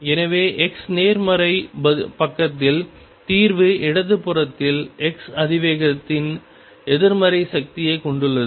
எனவே x நேர்மறை பக்கத்தில் தீர்வு இடது புறத்தில் x அதிவேகத்தின் எதிர்மறை சக்தியைக் கொண்டுள்ளது